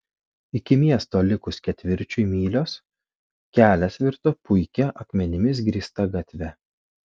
iki miesto likus ketvirčiui mylios kelias virto puikia akmenimis grįsta gatve